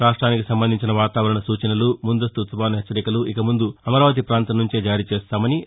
రాష్ట్రానికి సంబంధించిన వాతావరణ సూచనలు ముందస్తు తుపాను హెచ్చరికలు ఇకముందు అమరావతి పాంతం నుంచే జారీ చేస్తామని డా